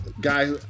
guy